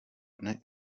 dny